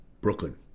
Brooklyn